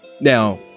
Now